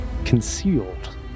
concealed